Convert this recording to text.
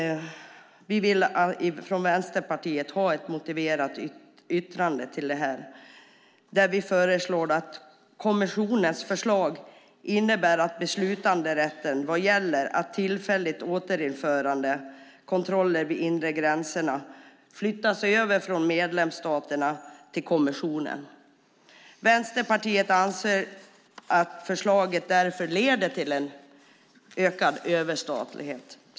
Vi vill från Vänsterpartiet ha ett motiverat yttrande där vi föreslår att kommissionens förslag innebär att beslutanderätten vad gäller ett tillfälligt återinförande av kontroller vid de inre gränserna flyttas över från medlemsstaterna till kommissionen. Vänsterpartiet anser därför att förslaget leder till en ökad överstatlighet.